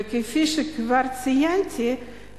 וכפי שכבר ציינתי,